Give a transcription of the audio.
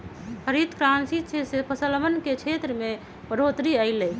हरित क्रांति से फसलवन के क्षेत्रफल में बढ़ोतरी अई लय